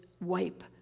wipe